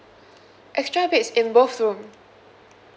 extra beds in both room